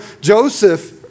Joseph